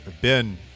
Ben